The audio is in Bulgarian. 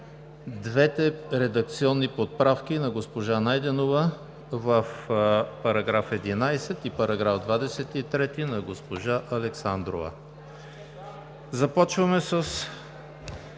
двете редакционни поправки на госпожа Найденова в § 11 и § 23 на госпожа Александрова. Започваме с